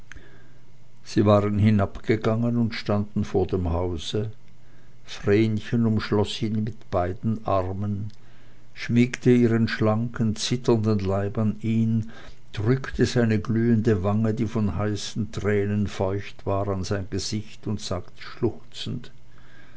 sie waren hinabgegangen und standen vor dem hause vrenchen umschloß ihn mit beiden armen schmiegte seinen schlanken zitternden leib an ihn drückte seine glühende wange die von heißen tränen feucht war an sein gesicht und sagte schluchzend